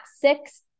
six